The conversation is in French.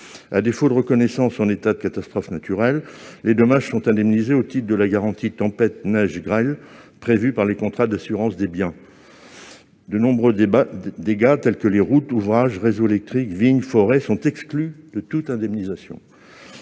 À défaut d'une reconnaissance d'état de catastrophe naturelle, les dommages sont indemnisés au titre de la garantie tempête, grêle, neige prévue par les contrats d'assurance des biens. De nombreux dégâts, tels que ceux qui sont subis par les routes, ouvrages, réseaux électriques, vignes et forêts, sont exclus de toute indemnisation.